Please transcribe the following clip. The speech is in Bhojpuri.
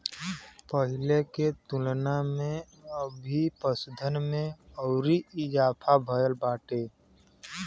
पहिले की तुलना में अभी पशुधन में अउरी इजाफा भईल बाटे